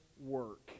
work